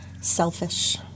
Selfish